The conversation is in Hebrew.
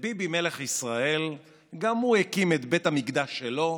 ביבי מלך ישראל גם הוא הקים את בית המקדש שלו,